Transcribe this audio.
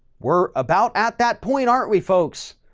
we're about at that point, aren't we, folks?